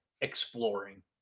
exploring